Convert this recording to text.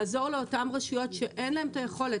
לעזור לאותן רשויות שאין להן את היכולת,